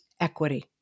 equity